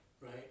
right